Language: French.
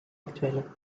actuelle